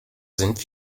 sind